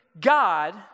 God